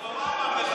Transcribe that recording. ולא סתם בראש,